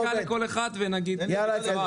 תן דקה לכל אחד ונגיד בקצרה,